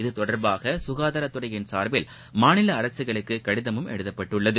இது தொடர்பாக சுகாதாரத்துறையின் சார்பில் மாநில அரசுகளுக்கு கடிதமும் எழுதப்பட்டுள்ளது